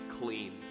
clean